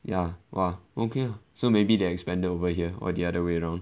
ya !wah! okay so maybe they expanded over here or the other way round